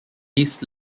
east